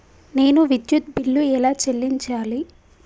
నేను విద్యుత్ బిల్లు ఎలా చెల్లించాలి?